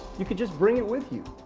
you can just bring it with you.